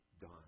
Done